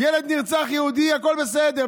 ילד נרצח, יהודי, הכול בסדר.